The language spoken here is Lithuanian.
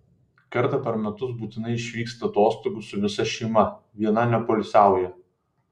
kartą per metus būtinai išvyksta atostogų su visa šeima viena nepoilsiauja